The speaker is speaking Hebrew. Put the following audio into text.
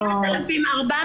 9,400